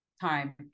time